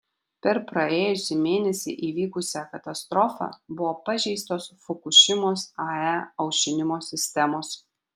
per praėjusį mėnesį įvykusią katastrofą buvo pažeistos fukušimos ae aušinimo sistemos